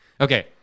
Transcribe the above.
Okay